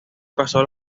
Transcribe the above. pasó